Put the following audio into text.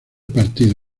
partidos